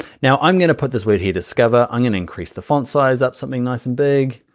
now i'm gonna put this word here discover i'm gonna increase the font size up something nice and big,